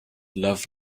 love